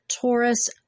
Taurus